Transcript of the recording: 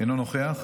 אינו נוכח,